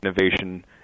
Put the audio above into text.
innovation